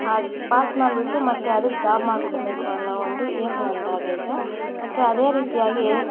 ಅದು ಪಾಸ್ ಮಾಡಿಬಿಟ್ಟು ಮತ್ತು ಅದು ಜಾಬ್ ಮಾಡಿಕೋಂಬೇಕು ಅನ್ನೋ ಒಂದು ಏಮ್ ನಂದಾಗೈತೆ ಮತ್ತು ಅದೇ ರೀತಿಯಾಗಿ